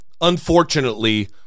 unfortunately